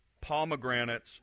pomegranates